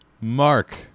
Mark